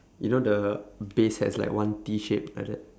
you know the base has like one T shape like that